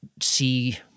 see